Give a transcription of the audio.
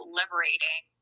liberating